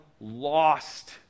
lost